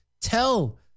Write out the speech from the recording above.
tell